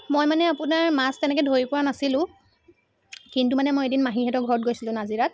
মই মানে আপোনাৰ মাছ তেনেকৈ ধৰি পোৱা নাছিলো কিন্তু মানে মই এদিন মাহীহঁতৰ ঘৰত গৈছিলো নাজিৰাত